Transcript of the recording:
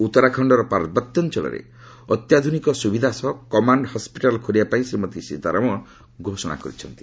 ଉତ୍ତରାଖଣ୍ଡର ପାର୍ବତ୍ୟାଞ୍ଚଳରେ ଅତ୍ୟାଧୁନିକ ସୁବିଧା ସହ କମାଣ୍ଡ ହସ୍ପିଟାଲ୍ ଖୋଲିବାପାଇଁ ଶ୍ରୀମତୀ ସୀତାରମଣ ଘୋଷଣା କରିଛନ୍ତି